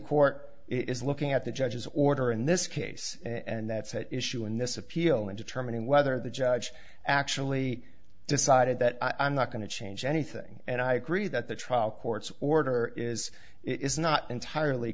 court is looking at the judge's order in this case and that's at issue in this appeal in determining whether the judge actually decided that i'm not going to change anything and i agree that the trial court's order is it is not entirely